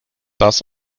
das